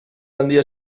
handia